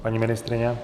Paní ministryně?